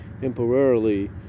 temporarily